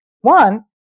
One